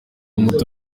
muto